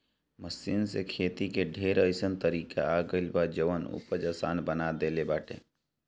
machine से खेती के ढेर अइसन तरीका आ गइल बा जवन उपज आसान बना देले बाटे